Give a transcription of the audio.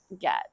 get